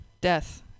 death